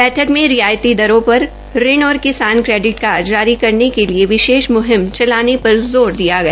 बैठक में रियायती दरों पर ऋण और किसान कोडिट कार्ड जारी करने के लिए विशेष मुहिम चलाने के लिए जोर दिया गया